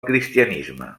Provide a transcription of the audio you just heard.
cristianisme